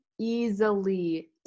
easily